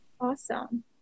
Awesome